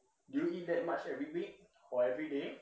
do you need that much every week or every day